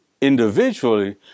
individually